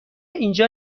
اینجا